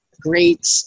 great